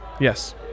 Yes